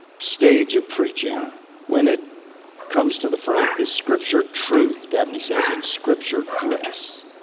stage of preaching, when it comes to the front, is scripture truth, dabney says, in scripture dress?